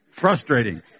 Frustrating